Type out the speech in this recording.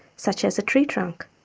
such as a tree trunk.